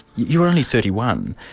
you are only thirty one.